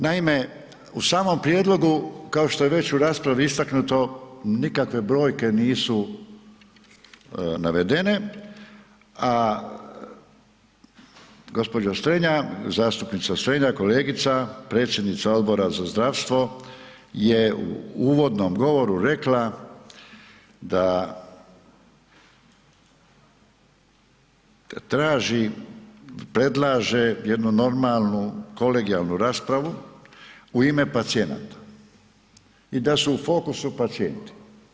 Naime, u samom prijedlogu kao što je već u raspravi istaknuto nikakve brojke nisu navedene, a gospođa Strenja, zastupnica Strenja, kolegica, predsjednica Odbora za zdravstvo je u uvodnom govoru rekla da traži, predlaže jednu normalnu kolegijalnu raspravu u ime pacijenata i da su u fokusu pacijenti.